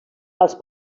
als